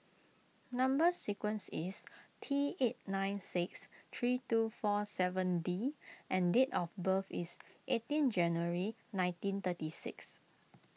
Number Sequence is T eight nine six three two four seven D and date of birth is eighteen January nineteen thirty six